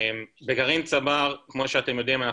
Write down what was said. בגרעין צבר כמו שאתם יודעים,